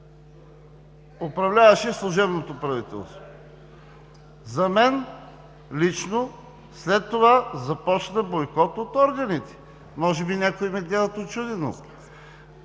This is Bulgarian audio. управляваше служебното правителство. За мен лично след това започна бойкот от органите. Може би някои ме гледат учудено.